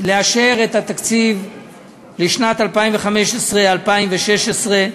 לאשר את התקציב לשנים 2015 2016,